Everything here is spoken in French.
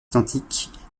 identiques